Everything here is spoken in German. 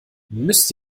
müsst